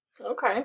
Okay